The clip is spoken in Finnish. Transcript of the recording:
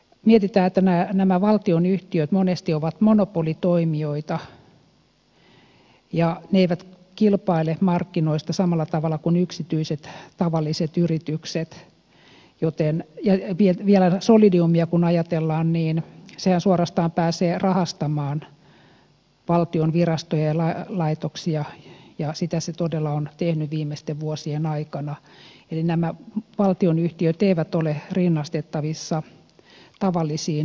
kun mietitään että nämä valtionyhtiöt monesti ovat monopolitoimijoita ja ne eivät kilpaile markkinoista samalla tavalla kuin yksityiset tavalliset yritykset ja vielä solidiumia kun ajatellaan niin sehän suorastaan pääsee rahastamaan valtion virastoja ja laitoksia ja sitä se todella on tehnyt viimeisten vuosien aikana nämä valtionyhtiöt eivät ole rinnastettavissa tavallisiin yrityksiin